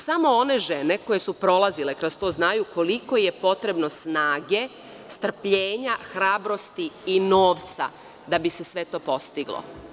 Samo one žene koje su prolazile kroz to znaju koliko je to potrebno snage, strpljenja, hrabrosti i novca da bi se sve to postiglo.